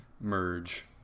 merge